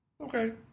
Okay